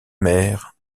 mer